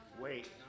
Wait